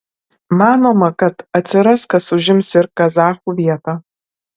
manoma kad atsiras kas užims ir kazachų vietą